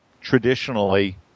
traditionally